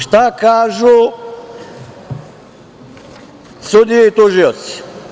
Šta kažu sudije i tužioci?